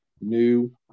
new